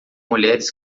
mulheres